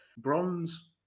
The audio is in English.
Bronze